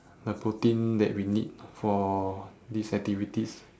the protein that we need for these activities